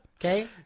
Okay